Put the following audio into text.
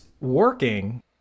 working